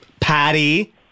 Patty